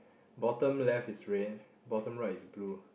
bottom left is red bottom right is blue